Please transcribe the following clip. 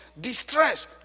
distress